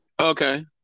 Okay